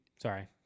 Sorry